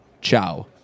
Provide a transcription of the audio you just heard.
ciao